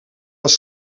was